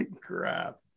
Crap